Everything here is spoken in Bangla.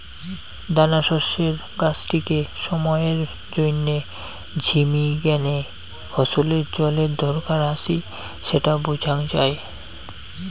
দানাশস্যের গাছটিকে সময়ের জইন্যে ঝিমি গ্যানে ফছলের জলের দরকার আছি স্যাটা বুঝাং যাই